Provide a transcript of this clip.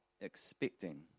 expecting